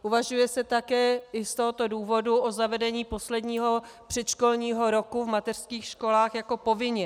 Uvažuje se také i z tohoto důvodu o zavedení posledního předškolního roku v mateřských školách jako povinného.